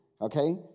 okay